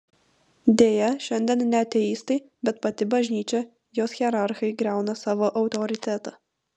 deja šiandien ne ateistai bet pati bažnyčia jos hierarchai griauna savo autoritetą